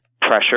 pressure